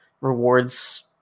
rewards